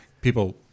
people